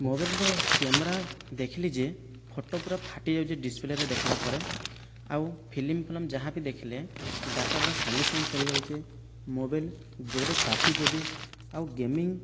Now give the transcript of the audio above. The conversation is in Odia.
ମୋବାଇଲର କ୍ୟାମେରା ଦେଖିଲି ଯେ ଫଟୋ ପୁରା ଫାଟିଯାଉଛି ଡିସ୍ପ୍ଲେରେ ଦେଖିଲା ପରେ ଆଉ ଫିଲ୍ମ ଫଲମ୍ ଯାହା ବି ଦେଖିଲେ ଡାଟା ପୂରା ସାଙ୍ଗେ ସାଙ୍ଗେ ସରି ଯାଉଛି ମୋବାଇଲ ଜୋର୍ରେ ତାତୁଛି ବି ଆଉ ଗେମିଙ୍ଗ୍